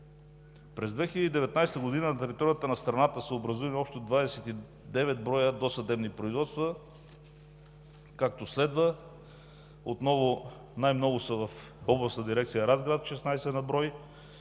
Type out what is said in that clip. През 2019 г. на територията на страната са образувани общо 29 досъдебни производства, както следва: отново най-много са в Областна дирекция Разград – 16 на